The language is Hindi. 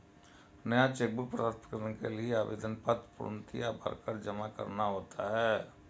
नया चेक बुक प्राप्त करने के लिए आवेदन पत्र पूर्णतया भरकर जमा करना होता है